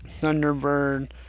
Thunderbird